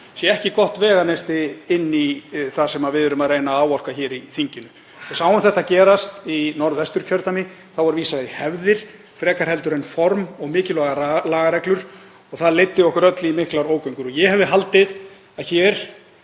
ekki gott veganesti inn í það sem við erum að reyna að áorka í þinginu. Við sáum þetta gerast í Norðvesturkjördæmi, þá er vísað í hefðir frekar en form og mikilvægar lagareglur og það leiddi okkur öll í miklar ógöngur og ég hefði haldið að hér